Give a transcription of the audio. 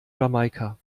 jamaika